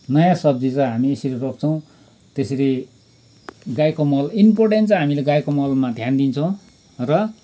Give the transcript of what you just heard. नयाँ सब्जी चाहिँ हामी यसरी रोप्छौँ त्यसरी गाईको मल इन्पोर्टेन चाहिँ हामीले गाईको मलमा ध्यान दिन्छौँ र